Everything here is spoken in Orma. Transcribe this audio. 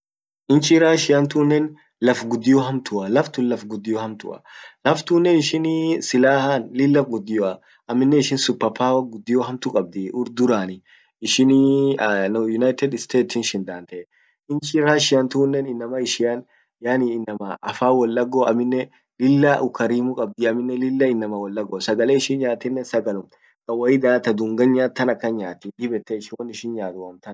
nchi russian tunnen laf guddio hamtua laftunnen ishin ee ailaahan lilla guddioa aminne pappao guddio hamtu qabdii ur duraani ishin ee nam united state ee in shindante nchi russian tunnen innaman ishian yaani innama affan woldago aminna lilla ukarimu qabdi aminne lilla innama wolfago sagalen ishinnyatinnen kawaida ta dungan nyaat tan akkan nyaati